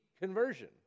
conversion